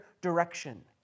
direction